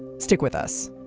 stick with us